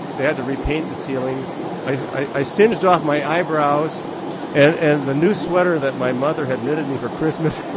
they had to repaint the ceiling i singed off my eyebrows and the new sweater that my mother had knitted me for christmas,